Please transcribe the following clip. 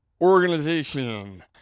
organization